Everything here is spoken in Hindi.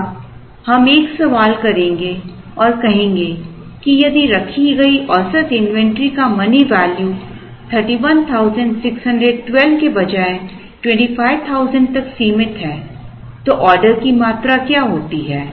अब हम एक सवाल करेंगे और कहेंगे कि यदि रखी गई औसत इन्वेंट्री का मनी वैल्यू 31612 के बजाय 25000 तक सीमित है तो ऑर्डर की मात्रा क्या होती है